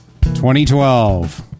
2012